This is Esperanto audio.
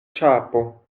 ĉapo